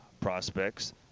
prospects